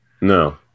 No